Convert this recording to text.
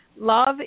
love